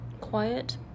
quiet